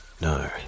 no